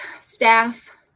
staff